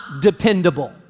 dependable